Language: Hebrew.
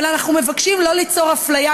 אבל אנחנו מבקשים שלא ליצור אפליה,